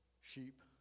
sheep